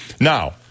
Now